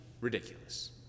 ridiculous